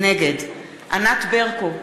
נגד ענת ברקו,